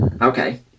Okay